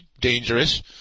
dangerous